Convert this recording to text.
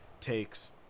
takes